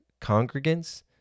congregants